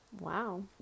Wow